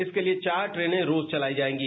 इसके लिए चार ट्रेनें रोज चलाई जाएंगी